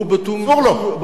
אסור לו.